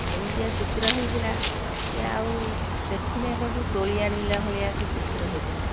ଏମିତିଆ ଚିତ୍ର ହେଇଥିଲା ଯେ ଆଉ ଦେଖିନେ କହିବୁ ତୋଳି ଆଣିଲା ଭଳିଆ ସେ ଚିତ୍ର ହେଇଥିଲା